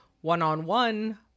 one-on-one